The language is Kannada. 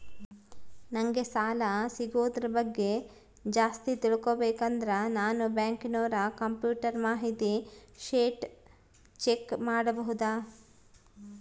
ನಂಗೆ ಸಾಲ ಸಿಗೋದರ ಬಗ್ಗೆ ಜಾಸ್ತಿ ತಿಳಕೋಬೇಕಂದ್ರ ನಾನು ಬ್ಯಾಂಕಿನೋರ ಕಂಪ್ಯೂಟರ್ ಮಾಹಿತಿ ಶೇಟ್ ಚೆಕ್ ಮಾಡಬಹುದಾ?